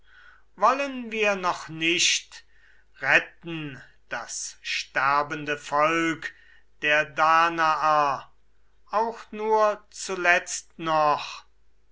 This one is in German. wollen wir noch nicht retten das sterbende volk der danaer auch nur zuletzt noch